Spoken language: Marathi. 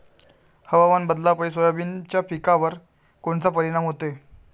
हवामान बदलापायी सोयाबीनच्या पिकावर कोनचा परिणाम होते?